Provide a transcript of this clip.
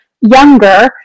younger